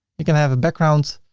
you can have a background,